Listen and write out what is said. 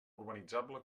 urbanitzable